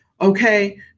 okay